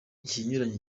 ikinyuranyo